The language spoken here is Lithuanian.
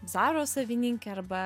zaros savininkė arba